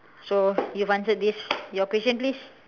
so you've answered this your question please